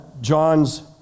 John's